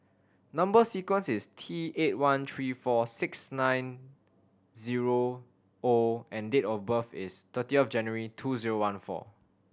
number sequence is T eight one three four six nine zero O and date of birth is thirtieth January two zero one four